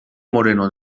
moreno